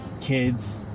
Kids